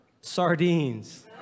sardines